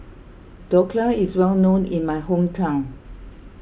Dhokla is well known in my hometown